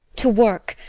to work!